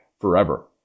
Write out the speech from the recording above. forever